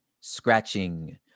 scratching